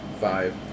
five